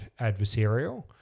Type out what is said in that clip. adversarial